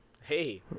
Hey